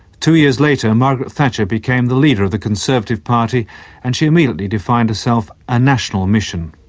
two years later margaret thatcher became the leader of the conservative party and she immediately defined herself a national mission.